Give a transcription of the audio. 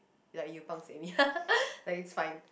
like you pangseh me like it's fine